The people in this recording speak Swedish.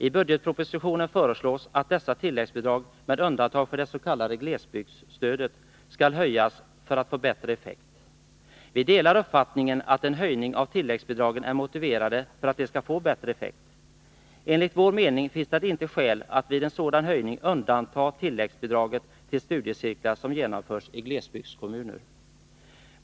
I budgetpropositionen föreslås att dessa tilläggsbidrag med undantag för det s.k. glesbygdsstödet skall höjas för att få bättre effekt. Vi delar uppfattningen, att en höjning av tilläggsbidragen är motiverade för att de skall få bättre effekt. Enligt vår mening finns det inte skäl att vid en sådan höjning undanta tilläggsbidraget till studiecirklar som genomförs i glesbygdskommuner.